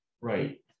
Right